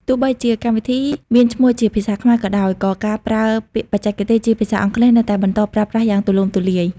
ទោះបីជាកម្មវិធីមានឈ្មោះជាភាសាខ្មែរក៏ដោយ ក៏ការប្រើពាក្យបច្ចេកទេសជាភាសាអង់គ្លេសនៅតែបន្តប្រើប្រាស់យ៉ាងទូលំទូលាយ។